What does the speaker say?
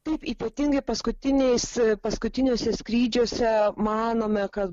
taip ypatingai paskutiniais paskutiniuose skrydžiuose manome kad